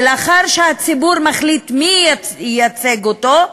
ולאחר שהציבור מחליט מי ייצג אותו,